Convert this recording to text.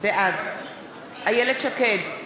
בעד איילת שקד,